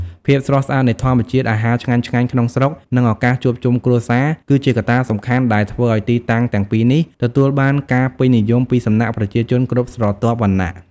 ភាពស្រស់ស្អាតនៃធម្មជាតិ អាហារឆ្ងាញ់ៗក្នុងស្រុក និងឱកាសជួបជុំគ្រួសារ គឺជាកត្តាសំខាន់ដែលធ្វើឲ្យទីតាំងទាំងពីរនេះទទួលបានការពេញនិយមពីសំណាក់ប្រជាជនគ្រប់ស្រទាប់វណ្ណៈ។